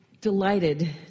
delighted